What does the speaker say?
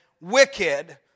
wicked